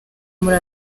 muri